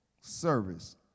service